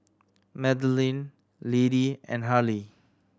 Madeleine Lady and Harley